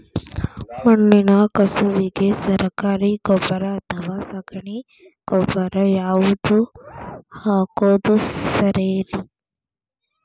ಮಣ್ಣಿನ ಕಸುವಿಗೆ ಸರಕಾರಿ ಗೊಬ್ಬರ ಅಥವಾ ಸಗಣಿ ಗೊಬ್ಬರ ಯಾವ್ದು ಹಾಕೋದು ಸರೇರಿ?